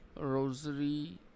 rosary